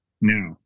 Now